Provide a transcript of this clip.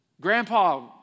Grandpa